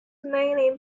mainly